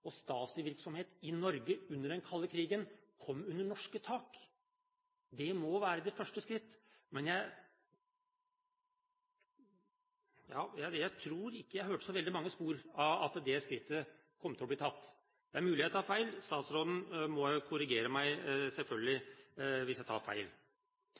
og Stasi-virksomhet i Norge under den kalde krigen kom under norsk tak. Det må være det første skritt. Men jeg tror ikke jeg hørte så veldig mange spor av at det skrittet kom til å bli tatt. Det er mulig jeg tar feil. Statsråden må selvfølgelig korrigere meg hvis jeg tar feil.